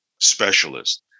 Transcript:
specialist